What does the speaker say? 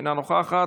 אינה נוכחת,